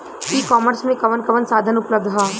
ई कॉमर्स में कवन कवन साधन उपलब्ध ह?